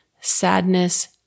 Sadness